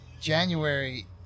january